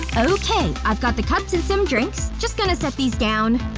okay i've got the cups and some drinks just gonna set these down